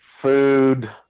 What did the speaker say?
food